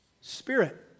Spirit